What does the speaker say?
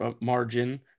margin